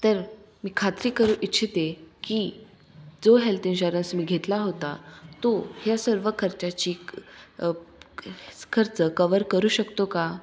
तर मी खात्री करू इच्छिते आहे की जो हेल्त इन्श्योरन्स मी घेतला होता तो ह्या सर्व खर्चाची क् प् क् च् खर्च कवर करू शकतो का